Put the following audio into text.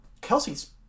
Kelsey's